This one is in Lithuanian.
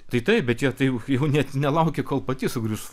tai taip bet jie taip jau jau net nelaukė kol pati sugrius